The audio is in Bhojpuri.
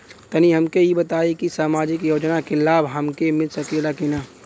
तनि हमके इ बताईं की सामाजिक योजना क लाभ हमके मिल सकेला की ना?